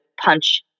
punch